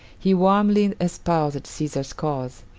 he warmly espoused caesar's cause,